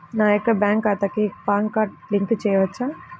నా యొక్క బ్యాంక్ ఖాతాకి పాన్ కార్డ్ లింక్ చేయవచ్చా?